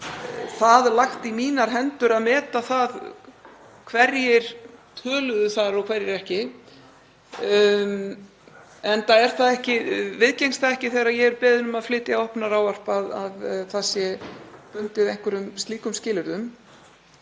það lagt í mínar hendur að meta það hverjir töluðu þar og hverjir ekki, enda viðgengst það ekki þegar ég er beðin um að flytja opnunarávarp að það sé bundið einhverjum slíkum skilyrðum.